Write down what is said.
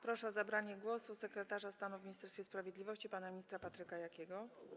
Proszę o zabranie głosu sekretarza stanu w Ministerstwie Sprawiedliwości pana ministra Patryka Jakiego.